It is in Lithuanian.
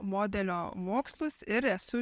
modelio mokslus ir esu